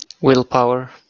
Willpower